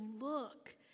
look